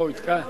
הוא מתכוון